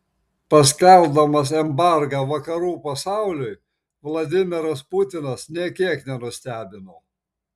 paskelbdamas embargą vakarų pasauliui vladimiras putinas nė kiek nenustebino